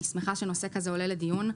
אני שמחה שנושא כזה עולה לדיון.